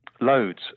loads